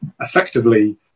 effectively